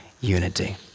unity